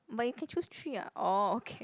but you can choose tree [what] orh okay